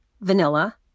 vanilla